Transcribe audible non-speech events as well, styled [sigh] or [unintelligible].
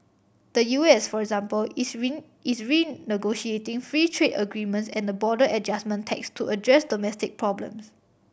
the U S for example is [unintelligible] is renegotiating free trade agreements and the border adjustment tax to address domestic problem